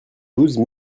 douze